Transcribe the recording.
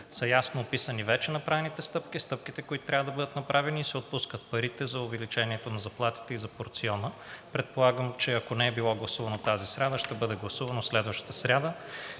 са ясно описани вече направените стъпки – стъпките, които трябва да бъдат направени, и се отпускат парите за увеличението на заплатите и за порциона. Предполагам, че ако не е било гласувано тази сряда, ще бъде гласувано следващата сряда